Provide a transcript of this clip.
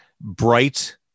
bright